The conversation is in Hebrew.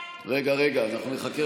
אנחנו עוברים